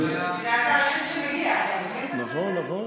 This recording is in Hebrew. זה השר היחיד שמגיע, אתה מבין את הבעיה?